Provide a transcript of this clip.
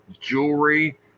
jewelry